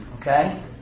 Okay